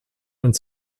und